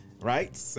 Right